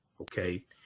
okay